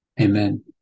Amen